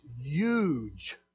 huge